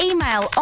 Email